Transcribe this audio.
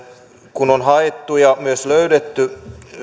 kun on haettu ja myös löydetty